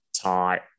tight